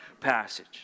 passage